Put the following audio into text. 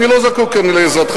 אני לא זקוק כאן לעזרתך,